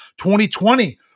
2020